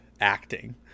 acting